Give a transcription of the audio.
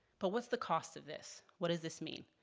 but what's the cost of this? what does this mean?